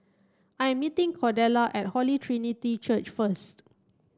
I'm meeting Cordella at Holy Trinity Church first